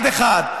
אחד-אחד,